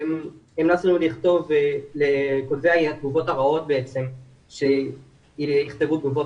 המלצנו לכותבי התגובות הרעות שיכתבו תגובות